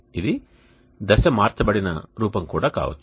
ఇది దశ మార్చబడిన రూపం కూడా కావచ్చు